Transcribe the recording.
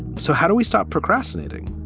so how do we stop procrastinating?